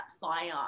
fire